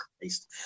christ